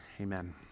Amen